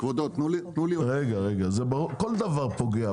דבר פוגע,